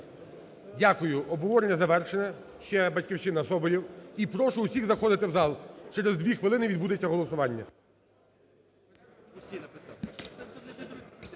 Дякую. Обговорення завершено. Ще "Батьківщина", Соболєв. І прошу всіх заходити в зал, через 2 хвилини відбудеться голосування.